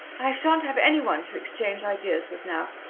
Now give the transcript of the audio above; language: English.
i shan't have any one to exchange ideas with now.